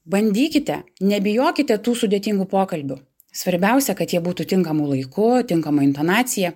bandykite nebijokite tų sudėtingų pokalbių svarbiausia kad jie būtų tinkamu laiku tinkama intonacija